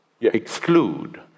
exclude